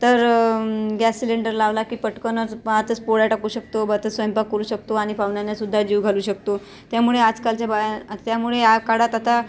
तर gas cylinder लावला की पटकनच पाचच पोळ्या टाकू शकतो बा तर स्वयंपाक करू शकतो आणि पाहुण्यांनासुद्धा जेवू घालू शकतो त्यामुळे आजकालच्या बाया त्यामुळे या काळात आता